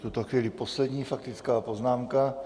V tuto chvíli poslední faktická poznámka.